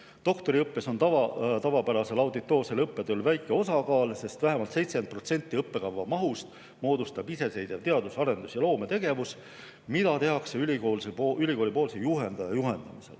Doktoriõppes on tavapärasel auditoorsel õppetööl väike osakaal, sest vähemalt 70% õppekava mahust moodustab iseseisev teadus-, arendus- ja loometegevus, mida tehakse ülikoolipoolse juhendaja